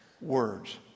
words